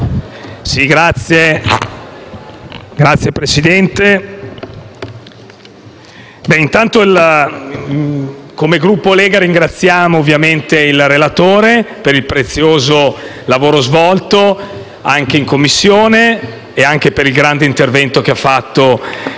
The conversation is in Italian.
Signor Presidente, come Gruppo Lega ringraziamo ovviamente il relatore per il prezioso lavoro svolto, anche in Commissione, e anche per il grande intervento che ha fatto